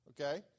okay